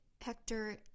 hector